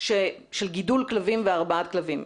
של גידול כלבים והרבעת כלבים.